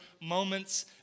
moments